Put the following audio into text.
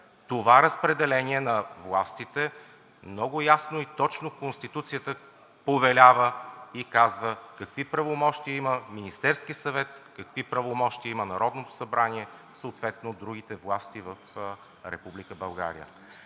Това разпределение на властите много ясно и точно Конституцията повелява и казва какви правомощия има Министерският съвет, какви правомощия има Народното събрание, съответно другите власти в